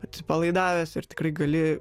atsipalaidavęs ir tikrai gali